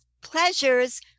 pleasures